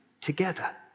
together